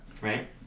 right